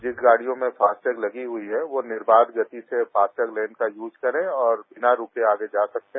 जिस गाडियों में फास्टैग लगी हुई है वह निर्वाध गति से फास्ट लेन का यूज करें और बिना रुके आगे जा सकते हैं